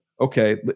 Okay